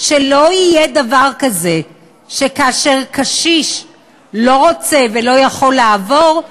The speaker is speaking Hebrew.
שלא יהיה דבר כזה שקשיש שלא רוצה ולא יכול לעבור,